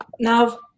Now